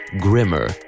Grimmer